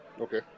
Okay